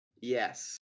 Yes